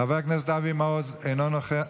חבר הכנסת אבי מעוז, אינו נוכח.